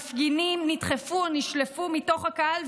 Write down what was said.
מפגינים נדחפו או נשלפו מתוך הקהל,